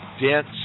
dense